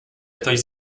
ktoś